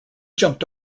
jumped